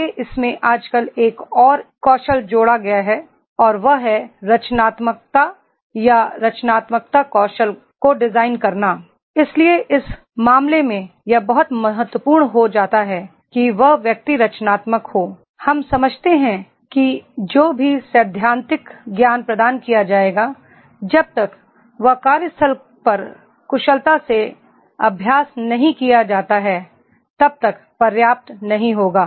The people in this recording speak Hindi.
आगे इसमें आजकल एक और कौशल जोड़ा गया है और वह है रचनात्मकता या रचनात्मक कौशल को डिजाइन करना इसलिए इस मामले में यह बहुत महत्वपूर्ण हो जाता है कि वह व्यक्ति रचनात्मक हो हम समझते हैं कि जो भी सैद्धांतिक ज्ञान प्रदान किया जाएगा जब तक वह कार्यस्थल पर कुशलता से अभ्यास नहीं किया जाता है तब तक पर्याप्त नहीं होगा